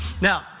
Now